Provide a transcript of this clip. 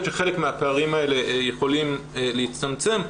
שחלק מהפערים האלה יכולים להצטמצם.